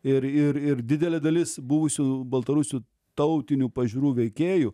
ir ir ir didelė dalis buvusių baltarusių tautinių pažiūrų veikėjų